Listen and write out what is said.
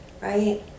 right